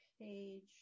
page